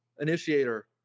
initiator